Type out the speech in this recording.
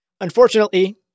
Unfortunately